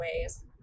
ways